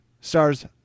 stars